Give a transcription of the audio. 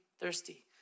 thirsty